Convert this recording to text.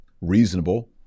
reasonable